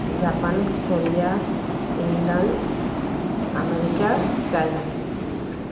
Japan Korea England America China